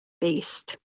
based